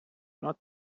not